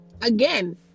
Again